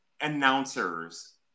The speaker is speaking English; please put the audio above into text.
announcers